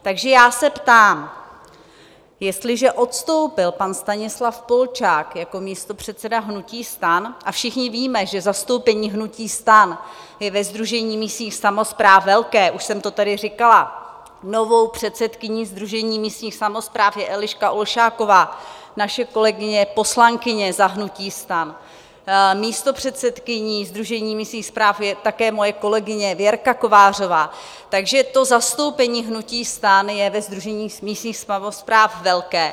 Takže já se ptám, jestliže odstoupil pan Stanislav Polčák jako místopředseda hnutí STAN a všichni víme, že zastoupení hnutí STAN je ve Sdružení místních samospráv velké, už jsem to tady říkala: novou předsedkyní Sdružení místních samospráv je Eliška Olšáková, naše kolegyně poslankyně za hnutí STAN, místopředsedkyní Sdružení místních samospráv je také moje kolegyně Věrka Kovářová, takže to zastoupení hnutí STAN je ve Sdružení místních samospráv velké.